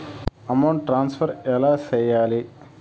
amount transfer ఎలా సేయాలి